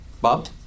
Bob